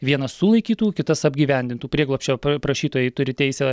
vienas sulaikytų kitas apgyvendintų prieglobsčio prašytojai turi teisę